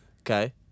Okay